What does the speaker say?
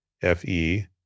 Fe